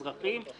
אזרחיים,